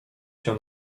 się